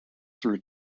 through